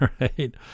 right